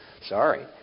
Sorry